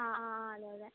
ആ ആ ആ അതെ അതെ